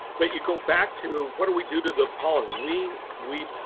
but you go back to what do we do to the pollen? we we